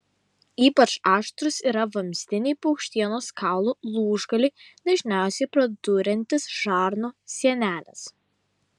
ypač aštrūs yra vamzdiniai paukštienos kaulų lūžgaliai dažniausiai praduriantys žarnų sieneles